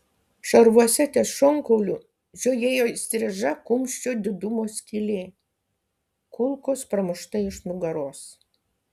šarvuose ties šonkauliu žiojėjo įstriža kumščio didumo skylė kulkos pramušta iš nugaros